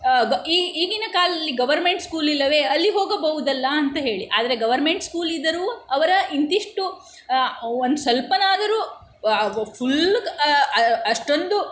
ಗ ಈಗಿನ ಕಾಲದಲ್ಲಿ ಗವರ್ಮೆಂಟ್ ಸ್ಕೂಲ್ ಇಲ್ಲವೇ ಅಲ್ಲಿ ಹೋಗಬಹುದಲ್ಲ ಅಂತ ಹೇಳಿ ಆದರೆ ಗವರ್ಮೆಂಟ್ ಸ್ಕೂಲ್ ಇದ್ದರೂ ಅವರ ಇಂತಿಷ್ಟು ಒಂದು ಸ್ವಲ್ಪನಾದರೂ ಫುಲ್ಲ್ ಅಷ್ಟೊಂದು